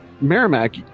Merrimack